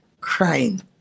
crying